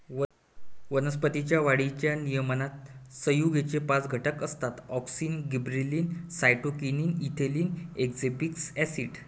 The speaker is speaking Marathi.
वनस्पतीं च्या वाढीच्या नियमनात संयुगेचे पाच गट असतातः auxin, gibberellin, cytokinin, ethylene, abscisic acid